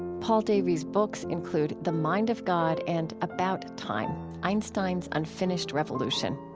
paul davies' books include the mind of god and about time einstein's unfinished revolution.